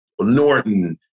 Norton